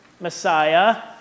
Messiah